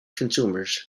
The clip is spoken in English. consumers